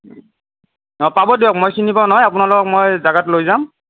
পাব দিয়ক মই চিনি পাওঁ নহয় আপনালোকক মই জেগাত লৈ যাম